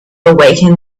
awaken